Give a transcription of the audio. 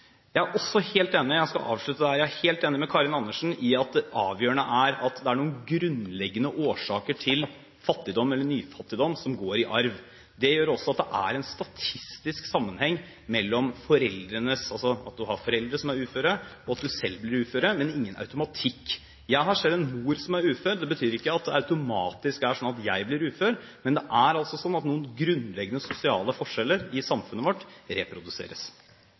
Jeg skal avslutte der. Jeg er enig med Karin Andersen i at det avgjørende er at det er noen grunnleggende årsaker til fattigdom eller nyfattigdom som går i arv. Det gjør også at det er en statistisk sammenheng mellom det at en har foreldre som er uføre, og det at en selv blir ufør. Men det er ingen automatikk. Jeg har selv en mor som er ufør. Det betyr ikke at det automatisk er slik at jeg blir ufør. Men det er slik at noen grunnleggende sosiale forskjeller i samfunnet vårt reproduseres.